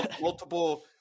multiple